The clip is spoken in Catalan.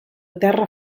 terra